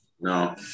No